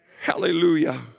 Hallelujah